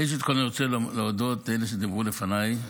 ראשית כול אני רוצה להודות לאלה שדיברו לפניי.